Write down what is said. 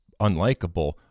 unlikable